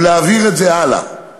ולהעביר את זה הלאה.